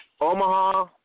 Omaha